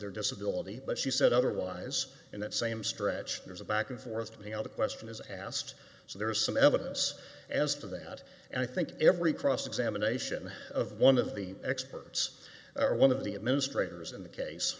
their disability but she said otherwise in that same stretch there's a back and forth and how the question is asked so there is some evidence as to that and i think every cross examination of one of the experts or one of the administrators in the case